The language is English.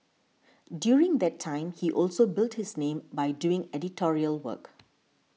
during that time he also built his name by doing editorial work